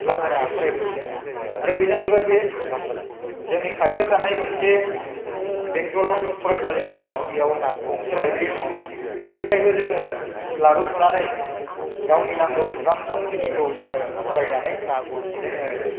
लाबोनानै फरायफैयो आरो बेजों लोगोसे जोंनि खाथियाव थानाय मोनसे बेंतल फरायसालिमा दङ बेयाव गंसे लाइब्रि दङ बिनिफ्रायबो जोङो लाबोथ'नानै गावनि नांगौसिबां समखिनिखौ जोङो फरायनानै जोङो